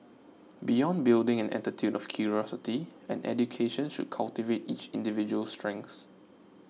beyond building an attitude of curiosity an education should cultivate each individual's strengths